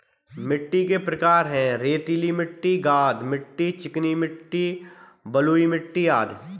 मिट्टी के प्रकार हैं, रेतीली मिट्टी, गाद मिट्टी, चिकनी मिट्टी, बलुई मिट्टी अदि